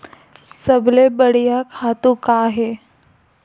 सबले बढ़िया खातु का हे?